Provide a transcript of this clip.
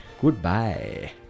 Goodbye